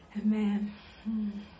amen